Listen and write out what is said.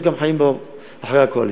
יש גם חיים אחרי הקואליציה.